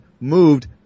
moved